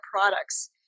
products